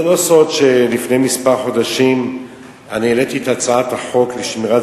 זה לא סוד שלפני חודשים מספר העליתי את הצעת החוק לשמירת